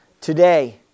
Today